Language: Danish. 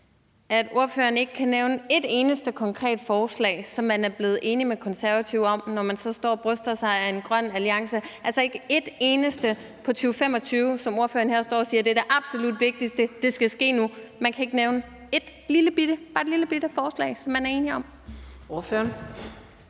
at ordføreren ikke kan nævne et eneste konkret forslag, som man er blevet enig med Konservative om, når man sådan står og bryster sig af en grøn alliance? Altså, der er ikke et eneste i forhold til 2025-målet, som ordføreren står og siger er det absolut vigtigste og skal ske nu. Kan man ikke nævne bare et lillebitte forslag, som man er enige om? Kl.